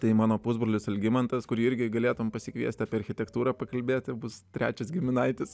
tai mano pusbrolis algimantas kurį irgi galėtum pasikviesti apie architektūrą pakalbėti bus trečias giminaitis